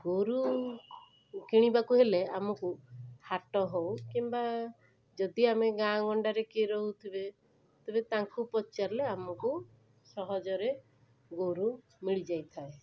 ଗୋରୁ କିଣିବାକୁ ହେଲେ ଆମକୁ ହାଟ ହଉ କିମ୍ବା ଯଦି ଆମେ ଗାଁ ଗଣ୍ଡାରେ କିଏ ରହୁଥିବେ ତେବେ ତାଙ୍କୁ ପଚାରିଲେ ଆମକୁ ସହଜରେ ଗୋରୁ ମିଳିଯାଇଥାଏ